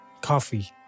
coffee